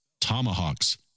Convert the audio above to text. tomahawks